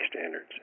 standards